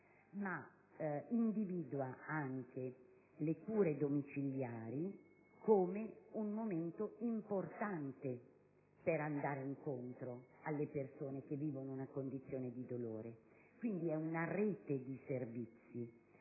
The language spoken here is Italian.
ma individua anche le cure domiciliari come un momento importante per andare incontro alle persone che vivono una condizione di dolore. Quindi, una rete di servizi: